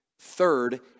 third